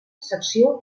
secció